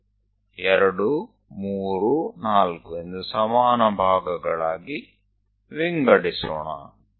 તો ચાલો આપણે તેને સમાન ભાગોમાં વહેંચીએ